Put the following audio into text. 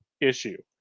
issue